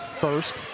first